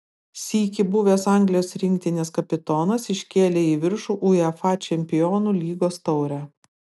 sykį buvęs anglijos rinktinės kapitonas iškėlė į viršų uefa čempionų lygos taurę